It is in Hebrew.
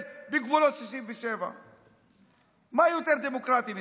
בגבולות 67'. מה יותר דמוקרטי מזה?